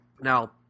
Now